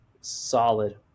solid